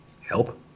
help